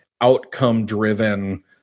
outcome-driven